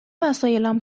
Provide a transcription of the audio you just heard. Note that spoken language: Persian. وسایلم